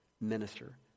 minister